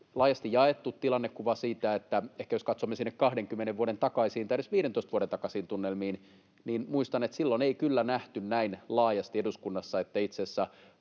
laajasti jaettu tilannekuva siitä — ehkä jos katsomme sinne 20 vuoden takaisiin tai edes 15 vuoden takaisiin tunnelmiin, niin muistan, että silloin ei kyllä nähty näin laajasti eduskunnassa tätä — että itse asiassa